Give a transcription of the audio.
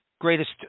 greatest